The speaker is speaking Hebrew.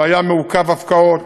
שהיה מעוכב הפקעות,